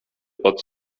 pod